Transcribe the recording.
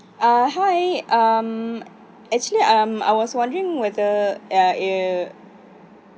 uh hi um actually um I was wondering whether